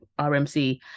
RMC